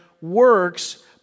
works